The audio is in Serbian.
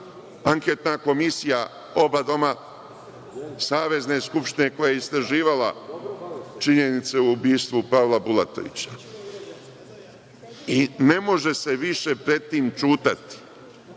anketna komisija oba doma Savezne skupštine, koja je istraživala činjenice o ubistvu Pavla Bulatovića. Ne može se više pred tim ćutati.